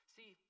See